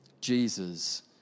Jesus